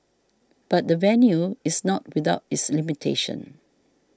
but the venue is not without its limitations